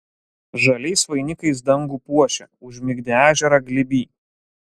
žaliais vainikais dangų puošia užmigdę ežerą glėby